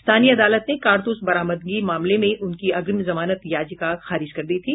स्थानीय अदालत ने कारतूस बरामदगी मामले में उनकी अग्रिम जमानत याचिका खारिज कर दी थी